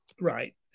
Right